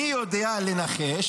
מי יודע לנחש?